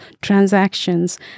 transactions